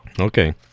Okay